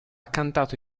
cantato